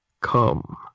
Come